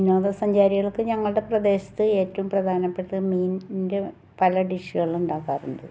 വിനോദസഞ്ചാരികൾക്ക് ഞങ്ങളുടെ പ്രദേശത്ത് ഏറ്റോം പ്രധാനപ്പെട്ട മീൻ ഇൻ്റെ പല ഡിഷുകളുണ്ടാക്കാറുണ്ട്